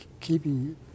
keeping